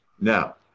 now